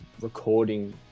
recording